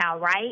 right